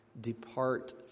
Depart